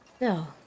No